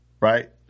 right